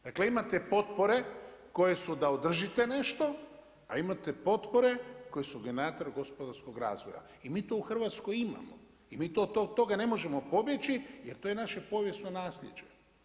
Dakle imate potpore koje su da održite nešto, a imate potpore koje su generator gospodarskog razvoja i mi to u Hrvatskoj imamo i mi od toga ne možemo pobjeći jer to je naše povijesno nasljeđe.